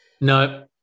No